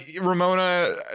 Ramona